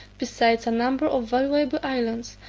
besides a number of valuable islands,